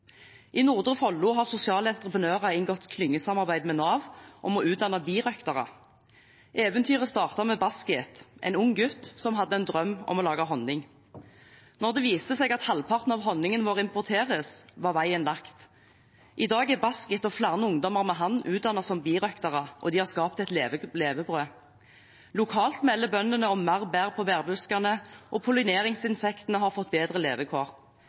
I Nordre Follo har sosiale entreprenører inngått et klyngesamarbeid med Nav om å utdanne birøktere. Eventyret startet med Baskit – en ung gutt som hadde en drøm om å lage honning. Da det viste seg at halvparten av honningen vår importeres, var veien lagt. I dag er Baskit og flere ungdommer med ham utdannet som birøktere, og de har skapt et levebrød. Lokalt melder bøndene om mer bær på bærbuskene, og pollineringsinsektene har fått bedre levekår.